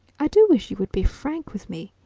i do wish you would be frank with me,